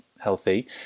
healthy